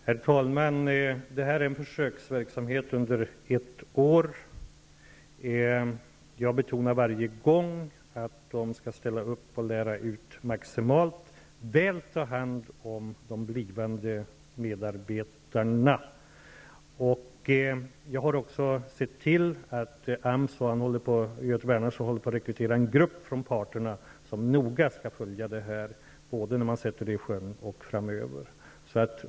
Herr talman! Detta är en försöksverksamhet under ett år. Jag har varje gång betonat att företagen skall ställa upp och lära ut maximalt. De skall ta hand om de blivande medarbetarna. Jag har också sett till att AMS och Göte Bernhardsson håller på att rekrytera en grupp med representanter från parterna som noga skall följa detta när verksamheten sätts i sjön och framöver.